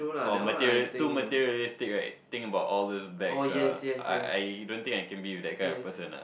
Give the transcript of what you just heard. or material~ too materialistic right think about all those bags ah I I don't think I can be with that kind of person ah